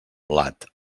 blat